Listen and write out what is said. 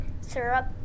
Syrup